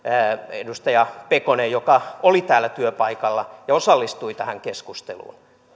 edustaja pekoselta joka oli täällä työpaikalla ja osallistui tähän keskusteluun